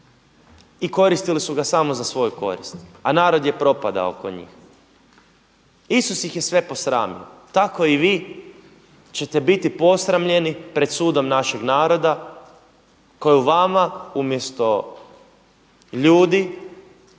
i koristili su ga samo za svoju korist a narod je propadao oko njih. Isus ih je sve posramio, tako i vi ćete biti posramljeni pred sudom našeg naroda koji u vama umjesto ljudi